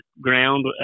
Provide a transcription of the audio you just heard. ground